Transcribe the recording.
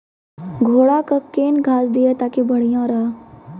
घोड़ा का केन घास दिए ताकि बढ़िया रहा?